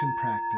practice